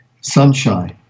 sunshine